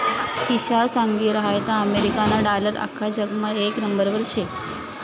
किशा सांगी रहायंता अमेरिकाना डालर आख्खा जगमा येक नंबरवर शे